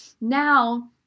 Now